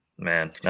Man